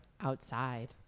outside